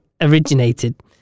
originated